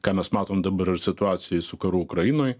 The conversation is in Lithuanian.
ką mes matom dabar ir situacijoj su karu ukrainoj